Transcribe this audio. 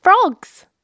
frogs